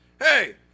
Hey